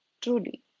truly